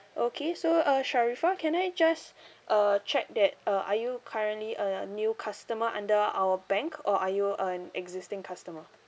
okay so uh sharifah can I just uh check that uh are you currently a new customer under our bank or are you an existing customer